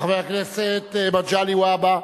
חבר הכנסת מגלי והבה,